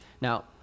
Now